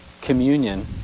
communion